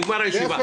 נגמרה הישיבה.